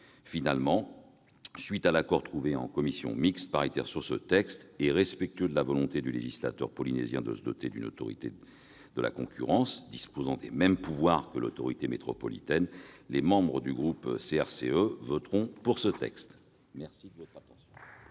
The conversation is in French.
Finalement, compte tenu de l'accord trouvé en commission mixte paritaire, et respectueux de la volonté du législateur polynésien de se doter d'une autorité de la concurrence disposant des mêmes pouvoirs que l'autorité métropolitaine, les membres du groupe CRCE voteront en faveur de l'adoption